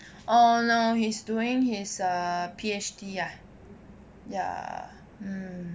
oh no he's doing his err P_H_D lah ya mm